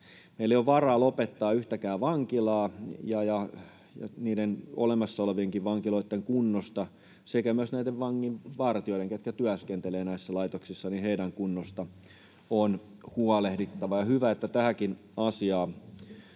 Meillä ei ole varaa lopettaa yhtäkään vankilaa, ja niiden olemassa olevienkin vankiloitten kunnosta sekä myös näiden vanginvartijoidenkin, ketkä työskentelevät näissä laitoksissa, kunnosta on huolehdittava, ja on hyvä, että tähänkin asiaan